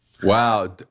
Wow